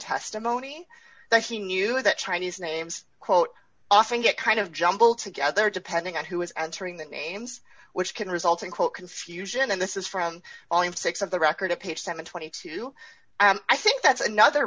testimony that he knew that chinese names quote often get kind of jumbled together depending on who is entering the names which can result in quote confusion and this is from volume six of the record of page seven hundred and twenty two i think that's another